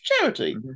charity